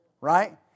Right